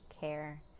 care